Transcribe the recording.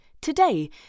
today